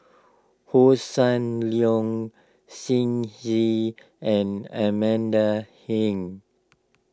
Hossan Leong Shen Xi and Amanda Heng